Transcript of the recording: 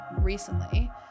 recently